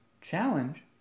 challenge